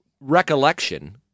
recollection